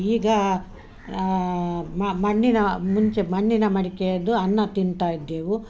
ಈಗ ಮ ಮಣ್ಣಿನ ಮುಂಚೆ ಮಣ್ಣಿನ ಮಡಿಕೇದು ಅನ್ನ ತಿಂತಾಯಿದ್ದೆವು